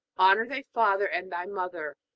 honor thy father and thy mother.